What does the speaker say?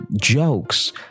jokes